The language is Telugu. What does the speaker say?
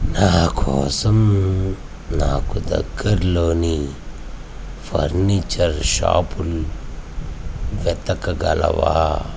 నాకోసం నాకు దగ్గరలోని ఫర్నీచర్ షాపులు వెతకగలవా